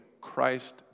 Christ